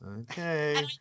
Okay